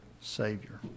Savior